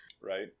Right